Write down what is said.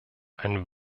ein